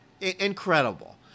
Incredible